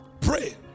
Pray